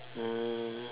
mm